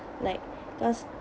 like thus